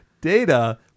Data